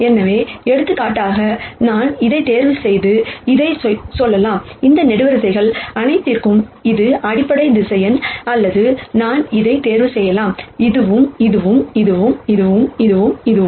எனவே எடுத்துக்காட்டாக நான் இதைத் தேர்வுசெய்து இதைச் சொல்லலாம் இந்த காலம்கள் அனைத்திற்கும் இது அடிப்படை வெக்டர்ஸ் அல்லது நான் இதைத் தேர்வுசெய்யலாம் இதுவும் இதுவும் இதுவும் இதுவும் இதுவும் இதுவும்